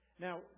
Now